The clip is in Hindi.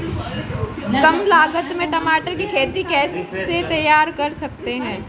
कम लागत में टमाटर की खेती कैसे तैयार कर सकते हैं?